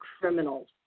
criminals